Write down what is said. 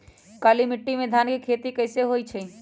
काली माटी में धान के खेती कईसे होइ छइ?